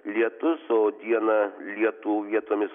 lietus o dieną lietų vietomis